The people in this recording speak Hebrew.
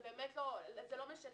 זה לא משנה.